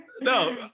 no